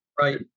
right